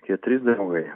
keturi draugai